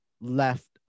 left